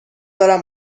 دارم